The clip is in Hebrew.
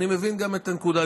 אני מבין גם את הנקודה.